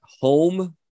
home